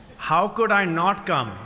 how could i not come